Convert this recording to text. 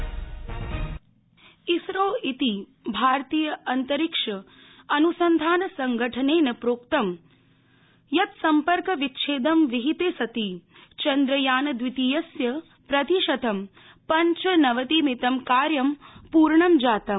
ISRO ISRO इति भारतीय अन्तरिक्ष अनुसंधान संघटनेन प्रोक्तं यत् सम्पर्क विच्छेदं विहिते सति चन्द्रयानद्वितीयस्य प्रतिशतं पञ्चनवतिमितं कार्य पूर्ण जातम्